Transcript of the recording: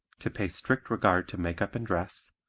to pay strict regard to makeup and dress,